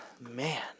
Man